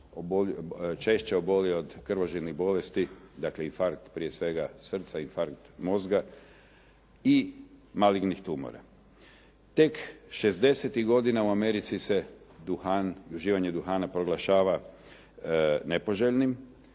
češće oboli od krvožilnih bolesti, dakle infarkt prije svega srca, infarkt mozga i malignih tumora. Tek 60-tih godina u Americi se duha, uživanje duhana proglašava nepoželjnim